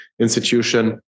institution